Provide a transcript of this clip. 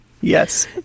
Yes